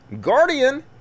Guardian